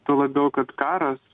tuo labiau kad karas